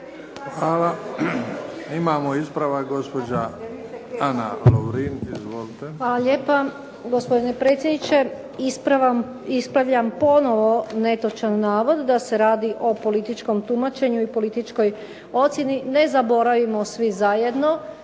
Hvala. Imamo ispravak, gospođa Ana Lovrin. Izvolite. **Lovrin, Ana (HDZ)** Hvala lijepa gospodine predsjedniče. Ispravljam ponovo netočan navod da se radi o političkom tumačenju i političkoj ocjenu. Ne zaboravimo svi zajedno